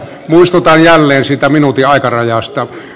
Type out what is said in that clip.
muistutan jälleen siitä minuutin aikarajasta